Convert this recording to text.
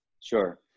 Sure